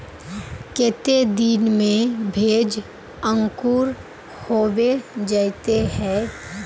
केते दिन में भेज अंकूर होबे जयते है?